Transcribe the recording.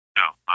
No